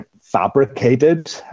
fabricated